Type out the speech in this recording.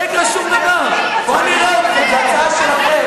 לא יקרה שום דבר, בוא נראה אתכם, זו הצעה שלכם.